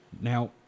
Now